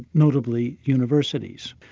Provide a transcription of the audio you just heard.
notably universities.